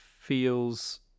feels